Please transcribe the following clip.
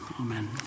Amen